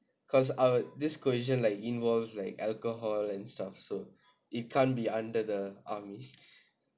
because our this cohesion like involves like alcohol and stuff so it can't be under the army's